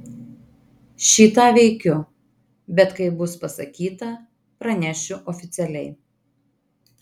šį tą veikiu bet kai bus pasakyta pranešiu oficialiai